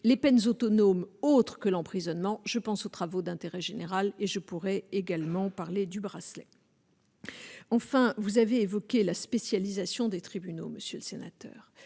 les peines autonomes, autre que l'emprisonnement, je pense aux travaux d'intérêt général et je pourrais également parler du bracelet. Enfin, vous avez évoqué la spécialisation des tribunaux, monsieur le sénateur,